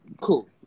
Cool